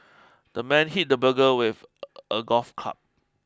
the man hit the burglar with a golf club